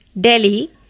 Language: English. Delhi